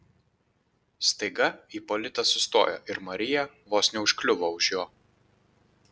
staiga ipolitas sustojo ir marija vos neužkliuvo už jo